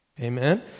Amen